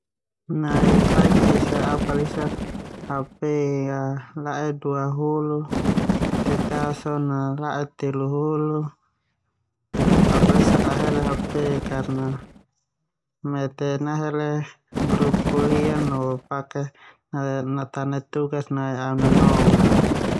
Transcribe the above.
Nai faik esa au palisak HP a la'e dua hulu teta so na la'e telu hulu. Au palisak ahele HP karna mete nahele grup kuliah no pake natane tugas nai au nanonga.